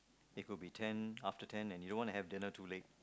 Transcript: it could be ten after ten and you don't want to have dinner too late